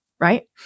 right